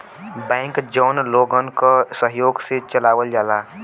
bank जौन लोगन क सहयोग से चलावल जाला